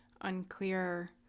unclear